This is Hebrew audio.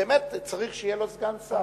באמת צריך שיהיה לו סגן שר.